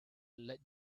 let